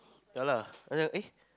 ya lah and then I eh